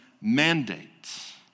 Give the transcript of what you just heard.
mandates